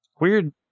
Weird